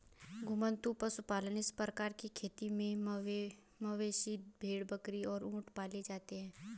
घुमंतू पशुपालन इस प्रकार की खेती में मवेशी, भेड़, बकरी और ऊंट पाले जाते है